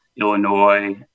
Illinois